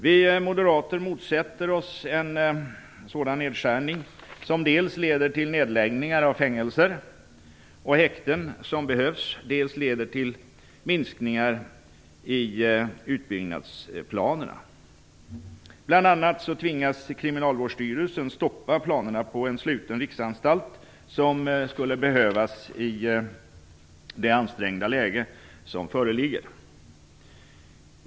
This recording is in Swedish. Vi moderater motsätter oss en sådan nedskärning som dels leder till nedläggningar av fängelser och häkten som behövs, dels leder till minskningar i utbyggnadsplanerna. Bl.a. tvingas Kriminalvårdsstyrelsen att stoppa planerna på en sluten riksanstalt som skulle behövas i det ansträngda läge som föreligger.